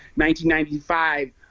1995